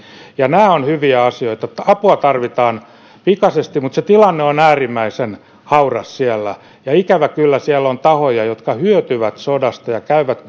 nämä ovat hyviä asioita apua tarvitaan pikaisesti mutta se tilanne on äärimmäisen hauras siellä ja ikävä kyllä siellä on tahoja jotka hyötyvät sodasta ja käyvät